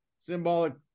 symbolic